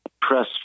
press